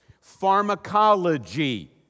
Pharmacology